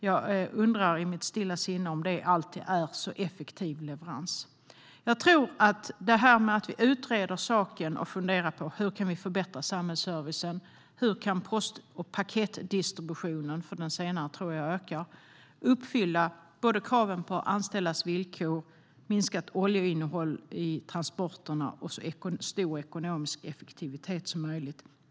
Jag undrar i mitt stilla sinne om leveransen alltid är så effektiv. Vi ska utreda saken och fundera på hur vi kan förbättra samhällsservicen. Hur kan post och paketdistributionen - den senare tror jag ökar - uppfylla kraven på goda villkor för de anställda, minskat oljeinnehåll i transporterna och så stor ekonomisk effektivitet som möjligt?